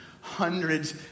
Hundreds